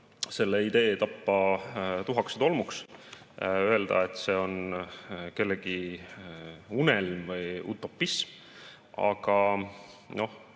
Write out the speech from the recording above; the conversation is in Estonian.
selle idee tappa tuhaks ja tolmuks, öelda, et see on kellegi unelm või utopism. Aga